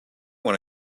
want